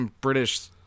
British